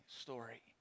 story